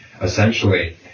Essentially